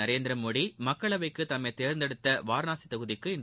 நரேந்திரமோடி மக்களவைக்கு தம்மை தேர்ந்தெடுத்த வாரணாசி தொகுதிக்கு இன்று